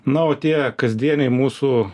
na o tie kasdieniai mūsų